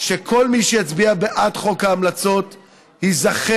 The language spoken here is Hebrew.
שכל מי שיצביע בעד חוק ההמלצות ייזכר.